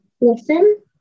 listen